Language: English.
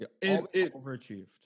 Overachieved